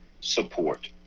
support